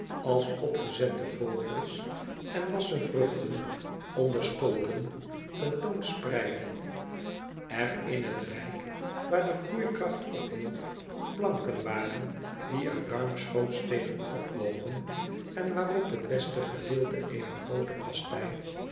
als opgezettte vogels en wassen vruchten onder stolpen ten toon spreidde er in het rijk waar de groeikracht ophield planken waren die er ruimschoots tegen opwogen en waarop het beste gedeelte eener groote